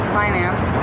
finance